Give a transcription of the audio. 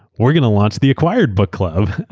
we're going to launch the acquired book club.